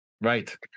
Right